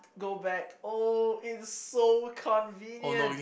go back oh it's so convenient